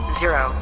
zero